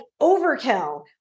overkill